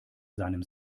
seinem